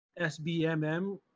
SBMM